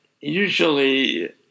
usually